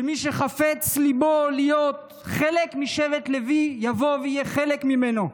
מי שחפץ ליבו להיות חלק משבט לוי יבוא ויהיה חלק ממנו.